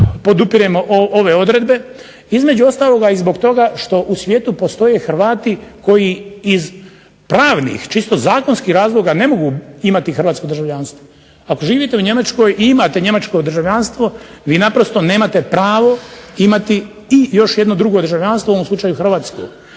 podupiremo ove odredbe, između ostalog zato što u svijetu postoje Hrvati koji iz pravnih čisto zakonskih razloga ne mogu imati hrvatsko državljanstvo. Ako živite u Njemačkoj i imate njemačko državljanstvo vi naprosto nemate pravo imati i još jedno drugo državljanstvo u ovom slučaju hrvatsko.